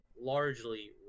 largely